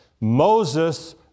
Moses